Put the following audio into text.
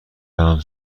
دارم